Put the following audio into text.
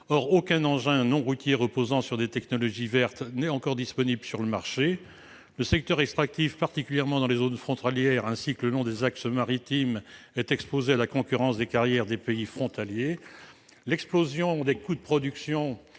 Or aucun engin non routier reposant sur des technologies vertes n'est encore disponible sur le marché. Le secteur extractif, particulièrement dans les zones frontalières, ainsi que le long des axes maritimes, est exposé à la concurrence des carrières des pays frontaliers. L'explosion des coûts de production